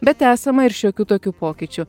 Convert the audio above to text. bet esama ir šiokių tokių pokyčių